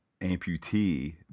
amputee